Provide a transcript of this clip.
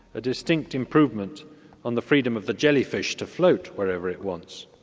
a distinct improvement on the freedom of the jellyfish to float wherever it wants,